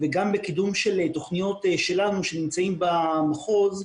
וגם בקידום של תכניות שלנו שנמצאות במחוז,